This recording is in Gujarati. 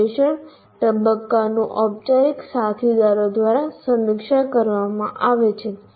વિશ્લેષણ તબક્કાનું ઔપચારિક સાથીદારો દ્વારા સમીક્ષા કરવામાં આવે છે